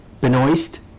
Benoist